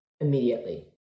Immediately